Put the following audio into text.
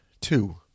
two